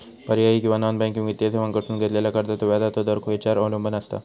पर्यायी किंवा non banking वित्तीय सेवांकडसून घेतलेल्या कर्जाचो व्याजाचा दर खेच्यार अवलंबून आसता?